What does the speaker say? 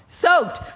Soaked